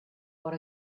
what